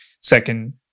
Second